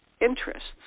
interests